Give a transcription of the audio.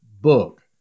book